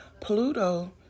Pluto